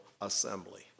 assembly